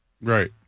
Right